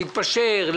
להתפשר,